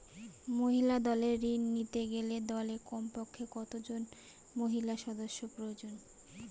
মহিলা দলের ঋণ নিতে গেলে দলে কমপক্ষে কত জন মহিলা সদস্য প্রয়োজন?